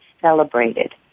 celebrated